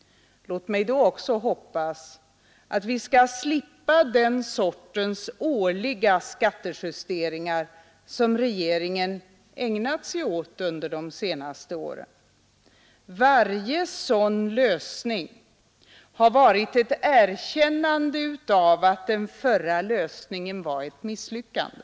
Låt mig då också hoppas att vi skall slippa den sortens årliga skattejusteringar som regeringen ägnat sig åt att göra under de senaste åren. Varje sådan lösning har varit ett erkännande av att den förra lösningen var ett misslyckande.